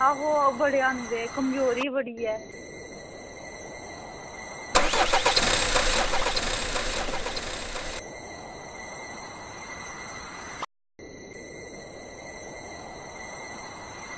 आहो बड़े आंदे कमजोरी बड़ी ऐ